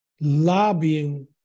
lobbying